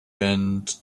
earned